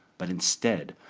but instead,